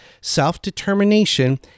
self-determination